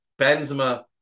Benzema